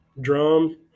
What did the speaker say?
Drum